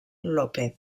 lópez